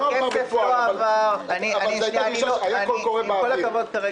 לא עבר בפועל, אבל היה קול קורא באוויר.